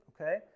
okay